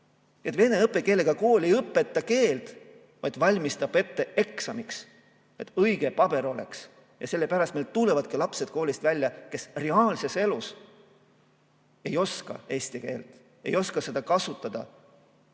vene õppekeelega kool ei õpeta keelt, vaid valmistab ette eksamiks, et õige paber oleks. Sellepärast meil tulevadki koolist välja lapsed, kes reaalses elus ei oska eesti keelt, ei oska seda kasutada.